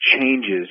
Changes